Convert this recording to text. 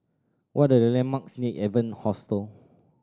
what are the landmarks near Evan Hostel